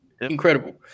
incredible